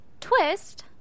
twist